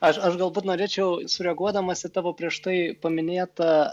aš aš galbūt norėčiau sureaguodamas į tavo prieš tai paminėtą